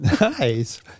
nice